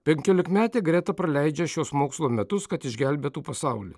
penkiolikmetė greta praleidžia šiuos mokslo metus kad išgelbėtų pasaulį